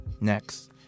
Next